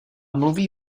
mluví